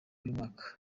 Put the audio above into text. y’umwaka